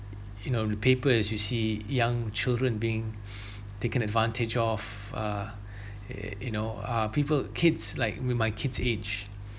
you know the papers you see young children being taken advantage of uh you know uh people kids like with my kids' age